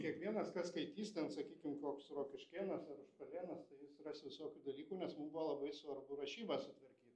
kiekvienas kas skaitys ten sakykim koks rokiškėnas ar užpalėnas tai jis ras visokių dalykų nes mum buvo labai svarbu rašybą sutvarkyt